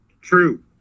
True